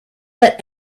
let